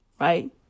right